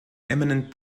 eminent